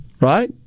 right